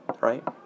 Right